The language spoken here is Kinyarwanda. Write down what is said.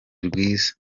rwiza